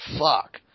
Fuck